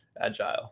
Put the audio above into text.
agile